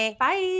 Bye